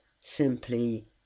simply